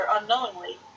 unknowingly